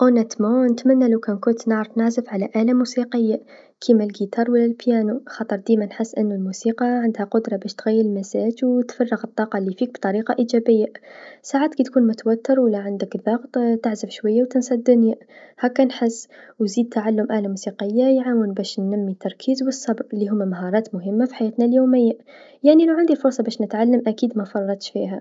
صراحة نتمنى لوكان كنت نعزف على أله موسيقيه كيما القيتار و لا البيانو خاطر ديما نحس أنو الموسيقى عندها القدره على تغيير المزاج و تفرغ الطاقه لفيك بطريقه إيجابيه ساعات كتكون متوتر و لا عندك ضغط تعزف شويا و تنسى الدنيا هاكا نحس، و زيد تعلم أله موسيقيه يعاون باش نمي التركيز و الصبر لهوما مهارات مهمه في حياتنا اليوميه ، يعني لوكان عندي فرصه أكيد منفرطش فيها.